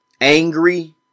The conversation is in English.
angry